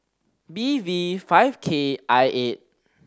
B V five K I eight